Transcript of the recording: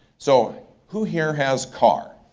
so who here has car?